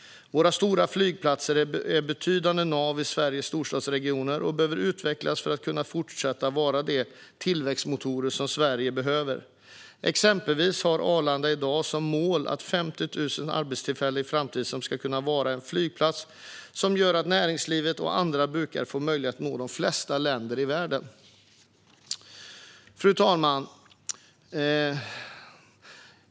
Våra stora flygplatser är betydande nav i Sveriges storstadsregioner och behöver utvecklas för att kunna fortsätta vara de tillväxtmotorer som Sverige behöver. Exempelvis har Arlanda i dag som mål att ha 50 000 arbetstillfällen i framtiden samt vara en flygplats som ger näringslivet och andra brukare möjlighet att nå de flesta länder i världen. Fru talman!